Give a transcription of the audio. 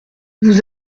vous